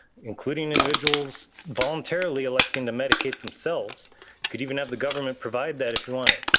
including individuals voluntarily electing the medicate themselves. you could even have the government provide that if you want it.